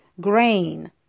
grain